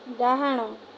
ଡାହାଣ